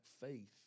faith